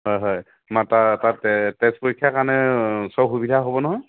হয় হয় মানে তাত তাত তেজ তেজ পৰীক্ষাৰ কাৰণে চব সুবিধা হ'ব নহয়